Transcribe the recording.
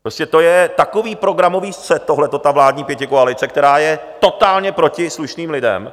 Prostě to je takový programový střet tohleto, ta vládní pětikoalice, která je totálně proti slušným lidem.